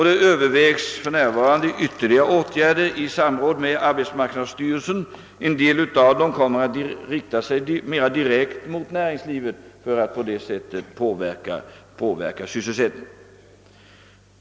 Det övervägs också ytterligare åtgärder i samråd med arbetsmarknadsstyrelsen. En del av dem kommer att rikta sig mera direkt mot näringslivet för att sysselsättningen på detta sätt skall kunna påverkas.